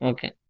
Okay